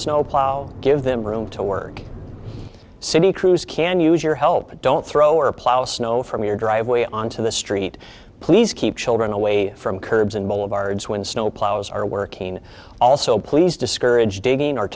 snow plow give them room to work city crews can use your help don't throw or plow snow from your driveway onto the street please keep children away from curbs and boulevards when snow plows are working also please discourage